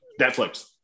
Netflix